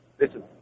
listen